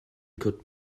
could